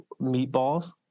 meatballs